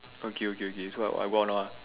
okay okay okay so I go out now ah